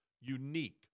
unique